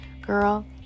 Girl